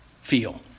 feel